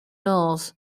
north